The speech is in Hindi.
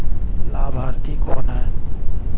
लाभार्थी कौन है?